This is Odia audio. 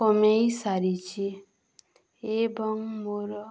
କମେଇ ସାରିଛି ଏବଂ ମୋର